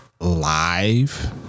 Live